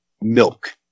Milk